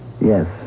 Yes